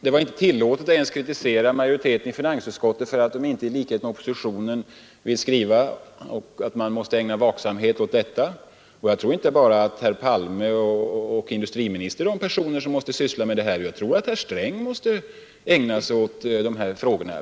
Det var inte ens tillåtet att kritisera majoriteten i finansutskottet för att den inte i likhet med oppositionen ville skriva att man måste ägna uppmärksamhet åt detta. Jag tror inte att det bara är herr Palme och industriministern och handelsministern som måste syssla med dessa frågor; jag tror att också herr Sträng måste ägna sig åt dem.